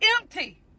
empty